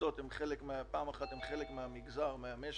עמותות הן חלק מהמגזר, מהמשק.